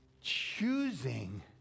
choosing